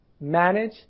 manage